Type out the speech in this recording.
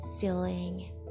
feeling